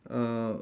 uh